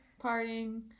partying